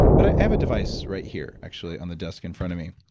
but i have a device right here actually on the desk in front of me.